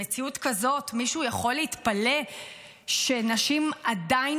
במציאות כזאת מישהו יכול להתפלא שנשים עדיין